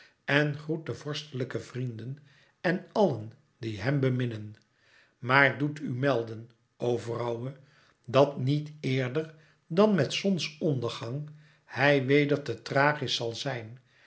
en groet de vorstelijke vrienden en allen die hem beminnen maar doet u melden o vrouwe dat niet eerder dan met zonsondergang hij weder te thrachis zal zijn